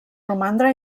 romandre